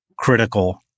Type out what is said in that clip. critical